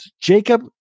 Jacob